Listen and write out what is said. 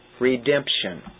Redemption